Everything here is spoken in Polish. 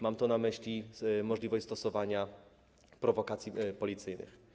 Mam tu na myśli możliwość stosowania prowokacji policyjnych.